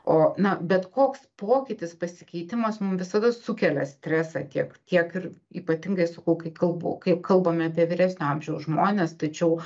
o na bet koks pokytis pasikeitimas mum visada sukelia stresą tiek tiek ir ypatingai sakau kai kalbu kai kalbame apie vyresnio amžiaus žmones tačiau